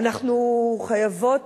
אנחנו חייבות,